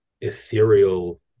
ethereal